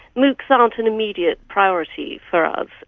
moocs aren't an immediate priority for us.